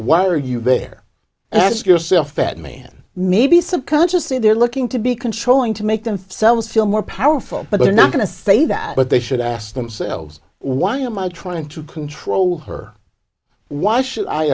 why are you there and ask yourself the that man maybe subconsciously they're looking to be controlling to make themselves feel more powerful but they're not going to say that but they should ask themselves why am i trying to control her why should i